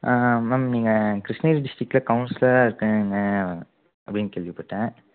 ma'am நீங்கள் கிருஷ்ணகிரி டிஸ்ட்ரிக்டில் கவுன்சிலராக இருக்கீங்க அப்படின்னு கேள்விப்பட்டேன்